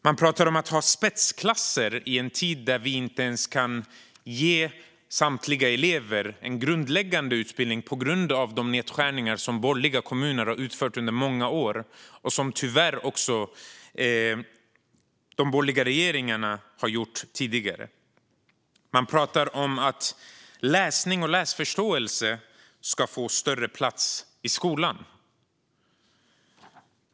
Man pratar om spetsklasser i en tid där vi inte ens kan ge samtliga elever en grundläggande utbildning på grund av de nedskärningar som borgerliga kommuner har gjort under många år och som tyvärr även tidigare borgerliga regeringar har gjort. Man pratar om att läsning och läsförståelse ska få större plats i skolan.